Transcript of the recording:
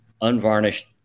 unvarnished